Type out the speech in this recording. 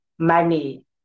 money